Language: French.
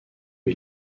est